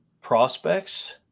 prospects